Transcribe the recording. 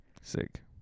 Sick